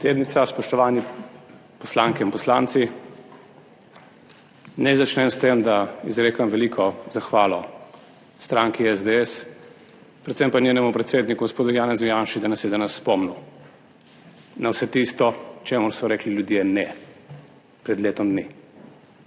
Predsednica, spoštovani poslanke in poslanci! Naj začnem s tem, da izrekam veliko zahvalo stranki SDS, predvsem pa njenemu predsedniku gospodu Janezu Janši, da nas je danes spomnil na vse tisto, čemur so rekli ljudje ne pred letom dni.